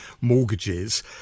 mortgages